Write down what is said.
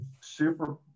super